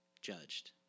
judged